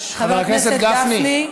חבר הכנסת גפני.